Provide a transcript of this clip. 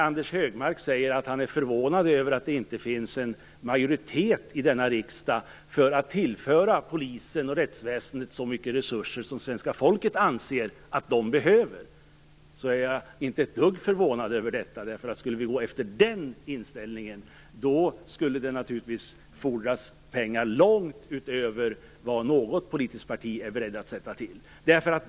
Anders Högmark sade att han var förvånad över att det inte finns en majoritet i denna riksdag för att tillföra polisen och rättsväsendet så mycket resurser som svenska folket anser att de behöver. Men jag är inte ett dugg förvånad. Om vi skulle gå efter den inställningen skulle det naturligtvis fordras pengar långt utöver vad man inom något politiskt parti är beredd att sätta till.